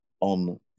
on